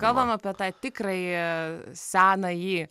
kalbam apie tą tikrąjį senąjį